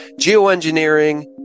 geoengineering